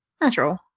Natural